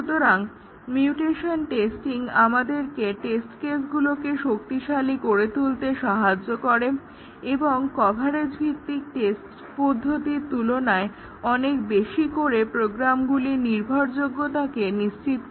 সুতরাং mutation testing আমাদেরকে test কেসগুলোকে শক্তিশালী করে তুলতে সাহায্য করে এবং কভারেজ ভিত্তিক টেস্ট পদ্ধতির তুলনায় অনেক বেশি করে প্রোগ্রামগুলির নির্ভরযোগ্যতাকে নিশ্চিত করে